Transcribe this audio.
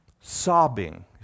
sobbing